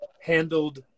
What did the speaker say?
handled